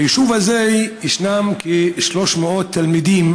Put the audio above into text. ביישוב הזה יש כ-300 תלמידים